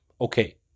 okay